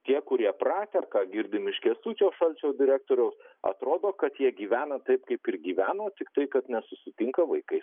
tie kurie pratę ką girdim iš kęstučio šalčio direktoriaus atrodo kad jie gyvena taip kaip ir gyveno tiktai kad nesusitinka vaikai